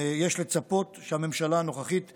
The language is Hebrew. יש לצפות שהממשלה הנוכחית תמשיך,